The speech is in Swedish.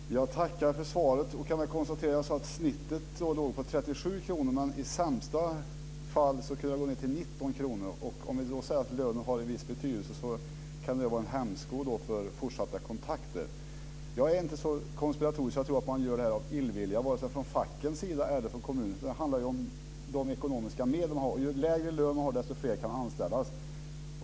Fru talman! Jag tackar för svaret. Det kan konstateras att snittet låg på 37 kr, men i sämsta fall kunde det gå ned till 19 kr. Om vi då säger att lönen har en viss betydelse kan det vara en hämsko för fortsatta kontakter. Jag är inte så konspiratorisk att jag tror att man gör det här av illvilja, vare sig från fackets sida eller från kommunernas sida. Det handlar om de ekonomiska medel man har. Ju lägre lön man sätter, desto fler kan anställas.